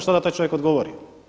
Šta da taj čovjek odgovori?